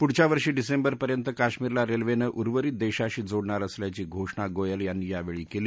पुढच्या वर्षी डिसेंबरपर्यंत कश्मिरला रेल्वेनं उर्वरित देशाशी जोडणार असल्याची घोषणा गोयल यांनी या वेळी केली